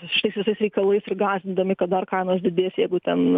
šitais visais reikalais ir gąsdindami kad dar kainos didės jeigu ten